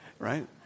Right